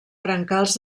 brancals